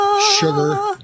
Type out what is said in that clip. sugar